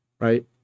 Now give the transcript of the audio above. right